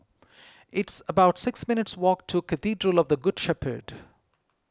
it's about six minutes' walk to Cathedral of the Good Shepherd